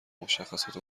مشخصات